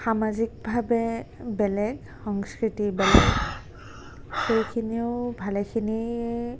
সামাজিকভাৱে বেলেগ সংস্কৃতি বেলেগ সেইখিনিও ভালেখিনি